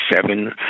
seven